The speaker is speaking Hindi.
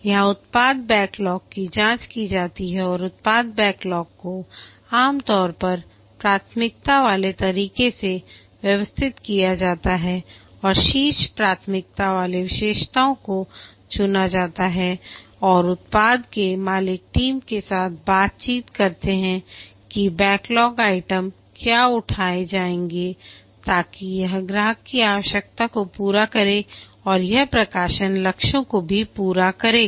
यहां उत्पाद बैकलॉग की जांच की जाती है और उत्पाद बैकलॉग को आमतौर पर प्राथमिकता वाले तरीके से व्यवस्थित किया जाता है और शीर्ष प्राथमिकता वाले विशेषताओं को चुना जाता है और उत्पाद के मालिक टीम के साथ बातचीत करते हैं कि बैकलॉग आइटम क्या उठाए जाएंगे ताकि यह ग्राहक की आवश्यकता को पूरा करे और यह प्रकाशन लक्ष्यों को भी पूरा करेगा